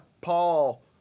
Paul